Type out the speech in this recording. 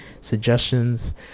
suggestions